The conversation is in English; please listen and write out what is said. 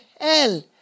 hell